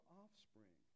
offspring